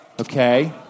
Okay